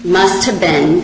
must have been